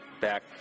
back